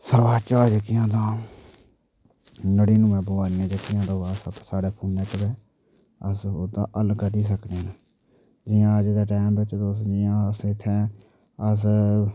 समाचार जेह्कियां तां नडिनुऐं प्वाइंट न जेह्कियां तां ओह् साढ़े फोनै च गै अस ओह्दा हल्ल कड्ढी सकने न जि'यां अज्ज दे टैम बिच जि'यां अस इ'त्थें अस